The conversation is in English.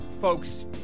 folks